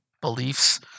beliefs